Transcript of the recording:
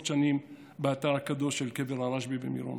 שנים באתר הקדוש של קבר הרשב"י במירון.